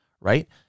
right